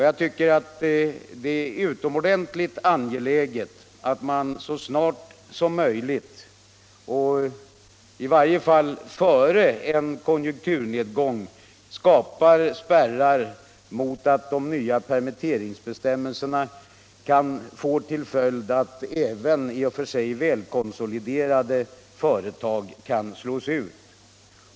Jag tycker det är utomordentligt.angeläget att snarast och i varje fall före en konjunkturnedgång skapa spärrar mot att de nya permitteringslönebestämmelserna får till följd att även i och för sig välkonsoliderade företag kan slås ut.